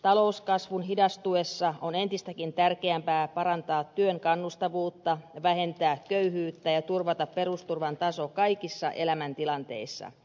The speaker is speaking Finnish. talouskasvun hidastuessa on entistäkin tärkeämpää parantaa työn kannustavuutta vähentää köyhyyttä ja turvata perusturvan taso kaikissa elämäntilanteissa